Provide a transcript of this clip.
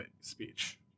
Speech